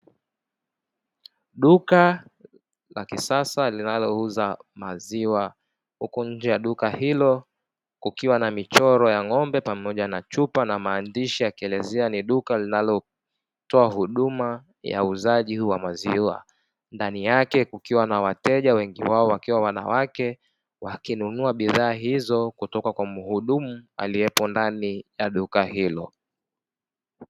Duka la kisasa linalouza maziwa huku nje ya duka hilo kukiwa na michoro ya ng'ombe pamoja na chupa na maandishi yakielezea ni duka linalotoa huduma ya uuzaji wa maziwa, ndani yake kukiwa na wateja wengi wao wakiwa wanawake wakinunua bidhaa hizo kutoka kwa mhudumu aliyepo ndani ya duka hilo.